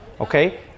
okay